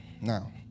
now